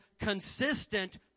consistent